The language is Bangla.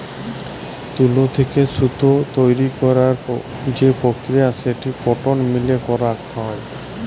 তুলো থেক্যে সুতো কইরার যে প্রক্রিয়া সেটো কটন মিলে করাক হয়